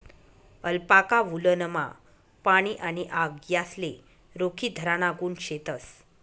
alpaca वुलनमा पाणी आणि आग यासले रोखीधराना गुण शेतस